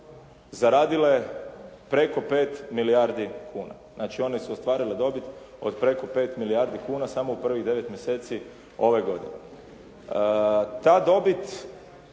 zaradile preko 5 milijardi kuna. Znači, one su ostvarile dobit od preko 5 milijardi kuna samo u prvih devet mjeseci ove godine. Ta dobit,